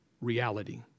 reality